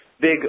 big